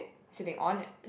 sitting on it